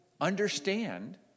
understand